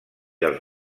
els